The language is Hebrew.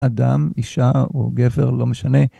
אדם, אישה או גבר, לא משנה.